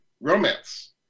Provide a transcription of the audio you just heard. romance